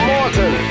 Morton